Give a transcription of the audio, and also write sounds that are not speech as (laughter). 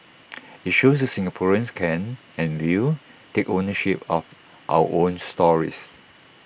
(noise) IT shows that Singaporeans can and will take ownership of our own stories